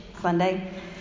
Sunday